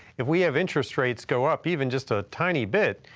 if we have interest rates go up even just a tiny bit,